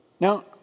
Now